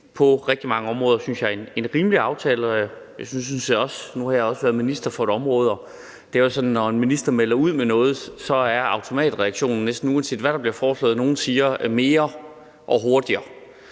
på rigtig mange områder, synes jeg, en rimelig aftale. Nu har jeg også været minister for et område, og det er jo sådan, at når en minister melder noget ud, er automatreaktionen, næsten uanset hvad der bliver foreslået, fra nogle at sige: mere og hurtigere.